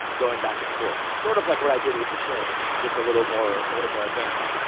going back and forth. sort of like what i did with the shim, just a little more little more advanced.